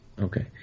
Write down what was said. Okay